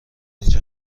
اینجا